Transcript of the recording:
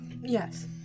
yes